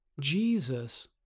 Jesus